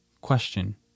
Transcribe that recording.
question